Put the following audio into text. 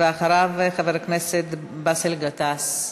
ואחריו, חבר הכנסת באסל גטאס.